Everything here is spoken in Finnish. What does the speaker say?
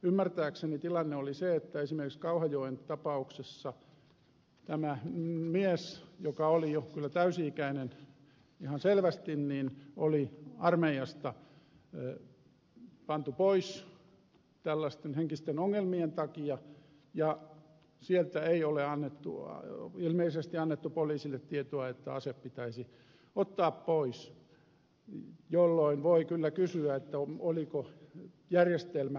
ymmärtääkseni tilanne oli se että esimerkiksi kauhajoen tapauksessa tämä mies joka oli jo kyllä täysi ikäinen ihan selvästi oli armeijasta pantu pois tällaisten henkisten ongelmien takia eikä sieltä ole ilmeisesti annettu poliisille tietoa että ase pitäisi ottaa pois jolloin voi kyllä kysyä oliko järjestelmä kunnossa